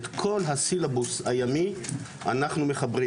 את כל הסילבוס הימי אנחנו מחברים.